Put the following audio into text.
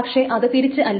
പക്ഷെ അത് തിരിച്ച് അല്ല